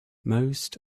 most